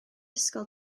ysgol